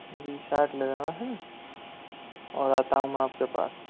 जी साठ ले लेना हाँ और आता हूँ मैं आपके पास